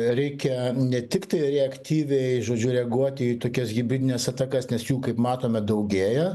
reikia ne tiktai reaktyviai žodžiu reaguoti į tokias hibridines atakas nes jų kaip matome daugėja